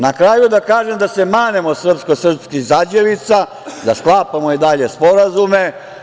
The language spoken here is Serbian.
Na kraju da kažem da se manemo srpsko srpskih zađevica, da sklapamo i dalje sporazume.